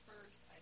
first